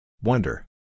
Wonder